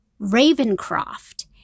Ravencroft